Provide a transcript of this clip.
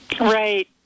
Right